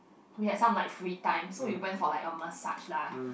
we had some like free time so we went for like a massage lah